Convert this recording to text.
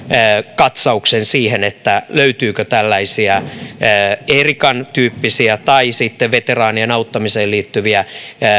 katsauksen siihen löytyykö tällaisia eerikan tapauksen tyyppisiä tai sitten veteraanien auttamiseen liittyviä